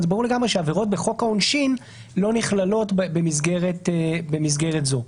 ברור לגמרי שעברות בחוק העונשין לא נכללות במסגרת זו.